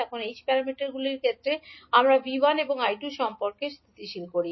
এখন h প্যারামিটারের ক্ষেত্রে আমরা 𝐕1 এবং 𝐈2 এর মধ্যে সম্পর্ক স্থিতিশীল করি